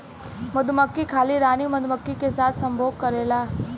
मधुमक्खी खाली रानी मधुमक्खी के साथ संभोग करेला